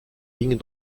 lignes